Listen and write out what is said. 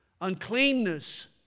uncleanness